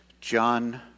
John